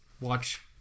Watch